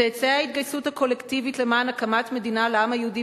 צאצאי ההתגייסות הקולקטיבית למען הקמת מדינה לעם היהודי